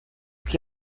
que